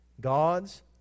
God's